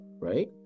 right